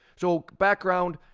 so background,